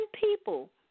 people